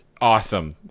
Awesome